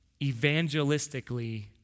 evangelistically